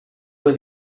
were